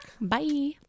Bye